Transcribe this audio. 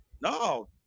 No